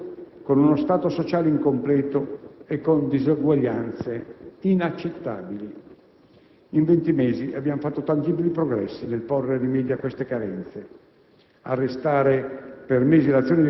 con il peso enorme del debito pubblico, con uno Stato sociale incompleto e con disuguaglianze inaccettabili. In 20 mesi abbiamo fatto tangibili progressi nel porre rimedio a queste carenze.